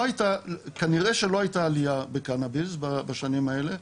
כנראה שלא הייתה עלייה בקנאביס בשנים האלה.